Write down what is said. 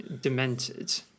demented